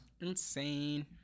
Insane